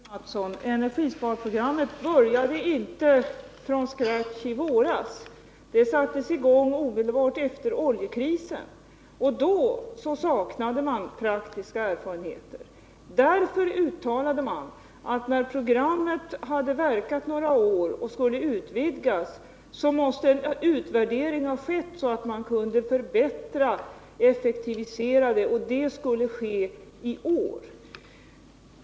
Herr talman! Energisparprogrammet började inte från scratch i våras, Kjell Mattsson. Det sattes i gång omedelbart efter oljekrisen. Då saknade man praktiska erfarenheter. Därför uttalade man att det måste ske en utvärdering när programmet hade verkat några år och skulle utvidgas, så att man kunde förbättra och effektivisera det. Denna utvärdering skulle ske till i år, då nya beslut borde fattas.